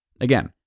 Again